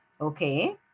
Okay